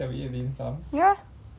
ya